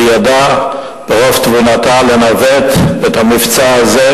וידעה ברוב תבונתה לנווט את המבצע הזה,